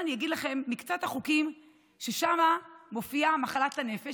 אני אגיד לכם את מקצת החוקים שבהם מופיעה מחלת הנפש.